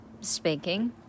speaking